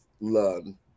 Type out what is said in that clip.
learn